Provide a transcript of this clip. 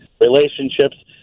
relationships